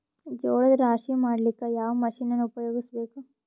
ಜೋಳದ ರಾಶಿ ಮಾಡ್ಲಿಕ್ಕ ಯಾವ ಮಷೀನನ್ನು ಉಪಯೋಗಿಸಬೇಕು?